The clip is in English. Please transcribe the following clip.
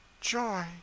joy